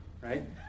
Right